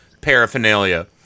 paraphernalia